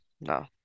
no